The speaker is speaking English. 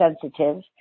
sensitive